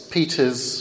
Peter's